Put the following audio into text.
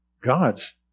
God's